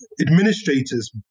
administrators